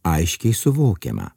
aiškiai suvokiame